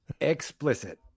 Explicit